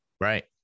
Right